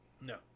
No